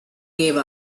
gave